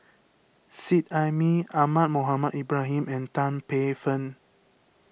Seet Ai Mee Ahmad Mohamed Ibrahim and Tan Paey Fern